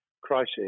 crisis